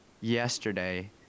yesterday